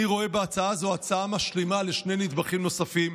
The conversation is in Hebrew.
אני רואה בהצעה זו הצעה משלימה לשני נדבכים נוספים,